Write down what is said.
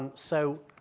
so,